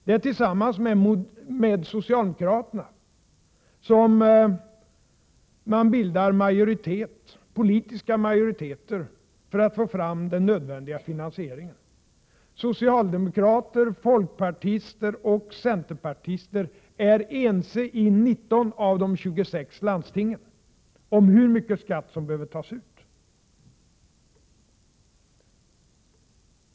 Det är tillsammans med socialdemokraterna man bildar politiska majoriteter för att få fram den nödvändiga finansiering en. Socialdemokrater, folkpartister och centerpartister är ense i 19 av de 26 landstingen om hur mycket skatt som behöver tas ut.